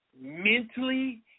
mentally